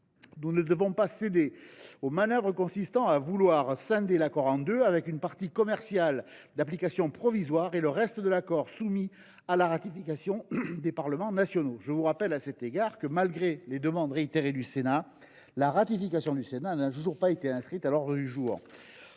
Nous ne devons pas céder aux manœuvres consistant à tenter de scinder l’accord en deux, avec une partie commerciale qui serait d’application provisoire et le reste qui serait soumis à la ratification des parlements nationaux. Je vous rappelle à cet égard que, malgré les demandes réitérées du Sénat, la ratification du Ceta n’a toujours pas été inscrite à l’ordre du jour.